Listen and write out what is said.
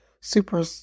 super